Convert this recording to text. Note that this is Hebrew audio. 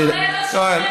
למה,